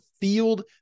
FIELD